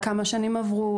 כמה שנים עברו,